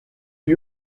lui